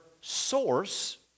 source